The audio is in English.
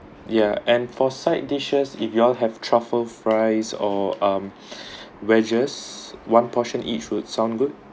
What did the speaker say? ya and for side dishes if you all have truffle fries or um wedges one portion each would sound good